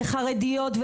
לחרדיות,